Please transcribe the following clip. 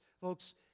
folks